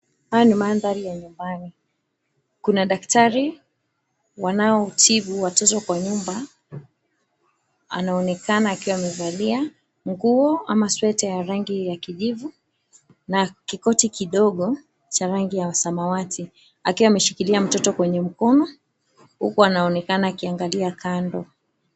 Haya ni madhari ya nyumbani. Kuna daktari anyetibu watoto kwa nyumba, anaonekana akiwa amevalia nguo ama sweta ya rangi ya kijivu na kikoti kidogo cha rangi ya samawati, akiwa anashikilia mtoto kwenywe mkono huku anaonekana akiangalia kando.